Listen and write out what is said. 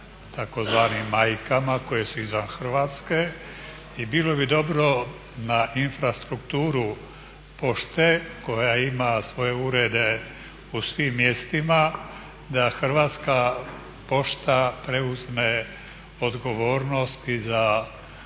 tzv. majkama koje su izvan Hrvatske. I bilo bi dobro na infrastrukturu pošte koja ima svoje urede u svim mjestima da Hrvatska pošta preuzme odgovornost i za